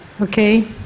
Okay